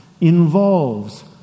involves